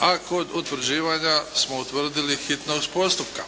A kod utvrđivanja smo utvrdili hitnost postupka.